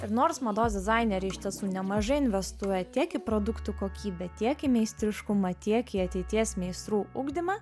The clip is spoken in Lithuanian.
ir nors mados dizaineriai iš tiesų nemažai investuoja tiek į produktų kokybę tiek į meistriškumą tiek į ateities meistrų ugdymą